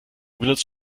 benutzt